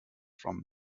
from